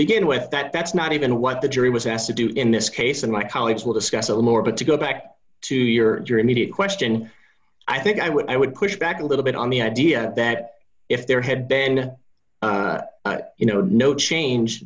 begin with that that's not even what the jury was asked to do in this case and my colleagues will discuss it more but to go back to your your immediate question i think i would i would push back a little bit on the idea that if there had been you know no change